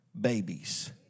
babies